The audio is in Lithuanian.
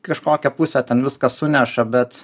kažkokią pusę ten viskas suneša bet